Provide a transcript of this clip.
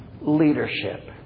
leadership